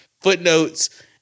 footnotes